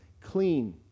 Clean